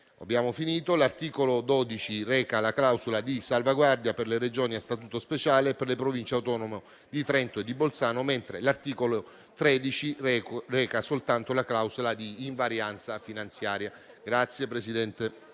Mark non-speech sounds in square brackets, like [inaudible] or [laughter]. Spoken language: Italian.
professionisti. L'articolo 12 reca la clausola di salvaguardia per le Regioni a Statuto speciale e per le Province autonome di Trento e di Bolzano, mentre l'articolo 13 reca soltanto la clausola di invarianza finanziaria. [applause]